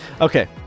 Okay